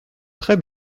très